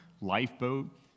lifeboat